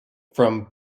from